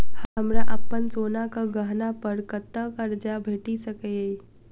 हमरा अप्पन सोनाक गहना पड़ कतऽ करजा भेटि सकैये?